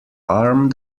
arm